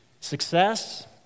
success